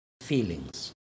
feelings